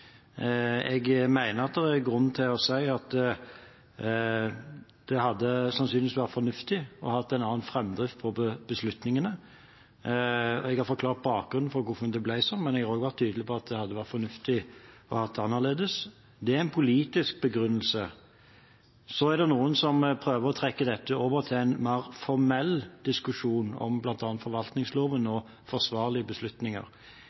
Jeg mener det er grunn til å si at det sannsynligvis hadde vært fornuftig å ha en annen framdrift på beslutningene. Jeg har forklart bakgrunnen for hvorfor det ble sånn, men jeg har også vært tydelig på at det hadde vært fornuftig å ha det annerledes. Det er en politisk begrunnelse. Så er det noen som prøver å trekke dette over til en mer formell diskusjon om bl.a. forvaltningsloven og forsvarlige beslutninger.